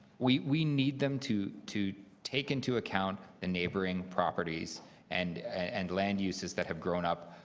we we need them to to take into account the neighboring properties and and land uses that have grown-up.